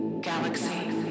Galaxy